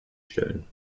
stellen